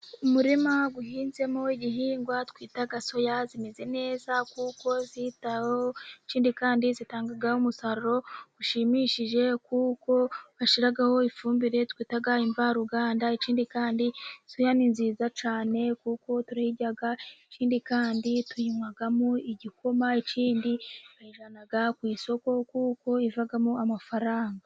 Umurima uhinzemo igihingwa twita soya, zimeze neza kuko zitaweho, ikindi kandi zitanga umusaruro ushimishije kuko bashyiraho ifumbire twita imvaruganda, ikindi kandi soya ni nziza cyane kuko turayirya ikindi kandi tuyinwamo igikoma, ikindi tuyijyana ku isoko kuko ivamo amafaranga.